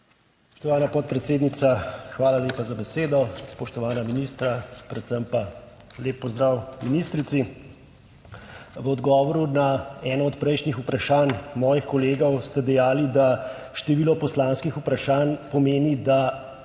Spoštovana podpredsednica, hvala lepa za besedo. Spoštovana ministra, predvsem pa lep pozdrav ministrici! V odgovoru na eno od prejšnjih vprašanj mojih kolegov ste dejali, da število poslanskih vprašanj pomeni, da